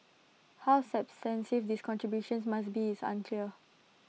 how substantive these contributions must be is unclear